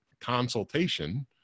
consultation